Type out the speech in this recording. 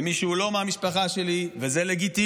לבין מי שהוא לא מהמשפחה שלי, וזה לגיטימי.